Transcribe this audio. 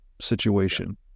situation